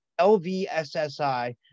LVSSI